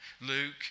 Luke